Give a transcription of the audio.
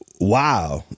wow